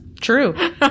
true